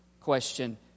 Question